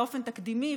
באופן תקדימי,